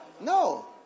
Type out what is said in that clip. No